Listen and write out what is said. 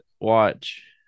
watch